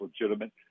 legitimate